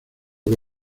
que